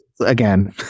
again